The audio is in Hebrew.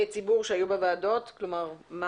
אני